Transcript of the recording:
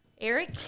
Eric